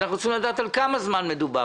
אז אנחנו צריכים לדעת על כמה זמן מדובר,